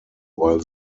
while